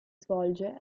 svolge